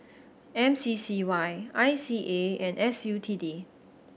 M C C Y I C A and S U T D